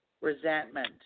resentment